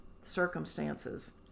circumstances